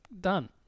Done